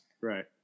right